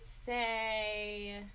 say